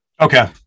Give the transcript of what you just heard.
Okay